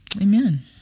Amen